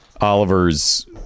Oliver's